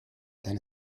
then